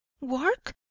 Work